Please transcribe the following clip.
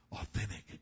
authentic